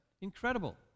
Incredible